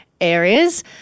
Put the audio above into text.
areas